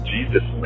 Jesus